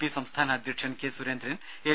P സംസ്ഥാന അധ്യക്ഷൻ K Surendran L